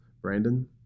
Brandon